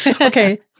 Okay